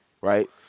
Right